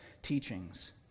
teachings